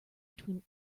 between